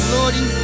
Lordy